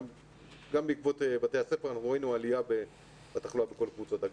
גם בעקבות בתי הספר - עלייה בתחלואה בכל קבוצות הגיל.